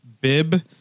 Bib